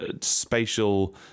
spatial